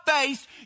face